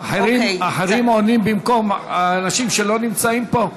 אחרים עונים במקום אנשים שלא נמצאים פה?